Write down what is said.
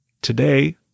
Today